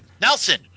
Nelson